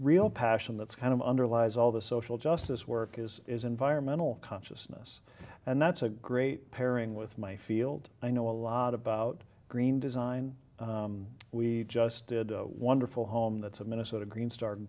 real passion that's kind of underlies all the social justice work is is environmental consciousness and that's a great pairing with my field i know a lot about green design we just did a wonderful home that's a minnesota green star